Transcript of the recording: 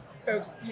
folks